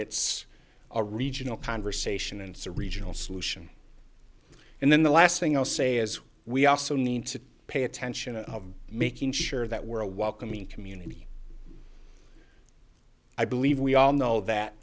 it's a regional conversation and so regional solution and then the last thing i'll say is we also need to pay attention to making sure that we're a welcoming community i believe we all know that